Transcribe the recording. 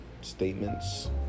statements